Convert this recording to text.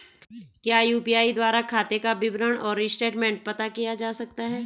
क्या यु.पी.आई द्वारा खाते का विवरण और स्टेटमेंट का पता किया जा सकता है?